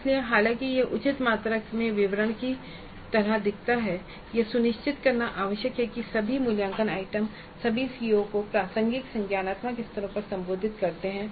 इसलिए हालांकि यह उचित मात्रा में विवरण की तरह दिखता है यह सुनिश्चित करना आवश्यक है कि सभी मूल्यांकन आइटम सभी सीओ को प्रासंगिक संज्ञानात्मक स्तरों पर संबोधित करते हैं